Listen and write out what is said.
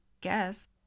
Guess